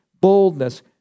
boldness